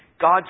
God